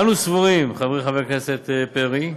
אנו סבורים, חברי חבר הכנסת פרי,